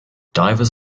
divers